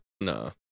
No